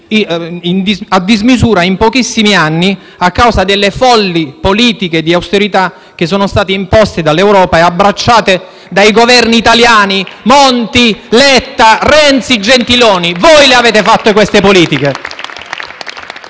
a dismisura in pochissimi anni a causa delle folli politiche di austerità imposte dall'Europa e abbracciate dai Governi italiani: Monti, Letta, Renzi, Gentiloni Silveri. Voi avete fatto queste politiche.